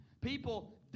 People